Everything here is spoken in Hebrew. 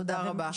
תודה רבה.